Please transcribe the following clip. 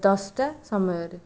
ଦଶଟା ସମୟରେ